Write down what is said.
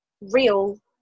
real